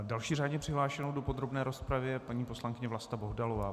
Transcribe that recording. Další řádně přihlášenou do podrobné rozpravy je paní poslankyně Vlasta Bohdalová.